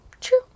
True